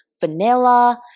vanilla